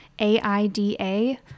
AIDA